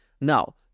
Now